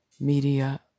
media